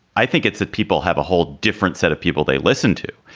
i think it's that people have a whole different set of people they listen to.